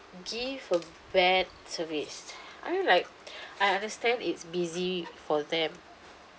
give a bad service I mean like I understand it's busy for them